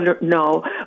No